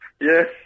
Yes